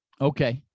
okay